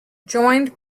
joined